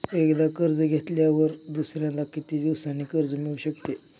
एकदा कर्ज घेतल्यावर दुसऱ्यांदा किती दिवसांनी कर्ज मिळू शकते?